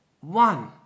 One